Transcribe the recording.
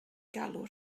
galw